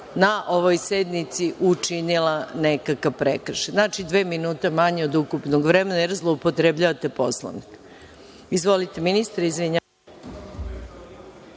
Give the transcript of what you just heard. na ovoj sednici učinila nekakav prekršaj. Znači dve minute manje od ukupnog vremena jer zloupotrebljavate Poslovnik. Reč ima ministar Đorđević.